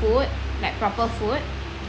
food like proper food